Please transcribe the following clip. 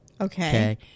Okay